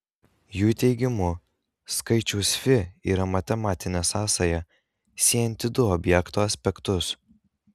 jų teigimu skaičius fi yra matematinė sąsaja siejanti du objekto aspektus